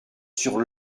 sur